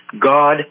God